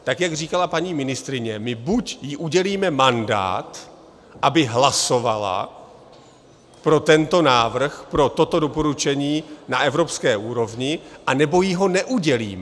Tak jak říkala paní ministryně, my buď jí udělíme mandát, aby hlasovala pro tento návrh, pro toto doporučení na evropské úrovni, anebo jí ho neudělíme.